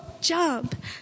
Jump